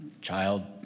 child